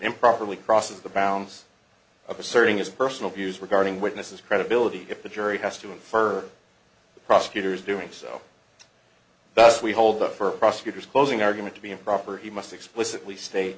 improperly crosses the bounds of asserting his personal views regarding witnesses credibility if the jury has to infer the prosecutor's doing so thus we hold up for prosecutors closing argument to be improper he must explicitly state